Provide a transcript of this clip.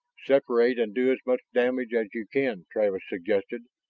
separate and do as much damage as you can, travis suggested.